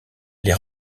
les